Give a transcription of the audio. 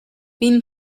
been